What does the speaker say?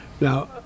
now